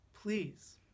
please